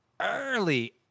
early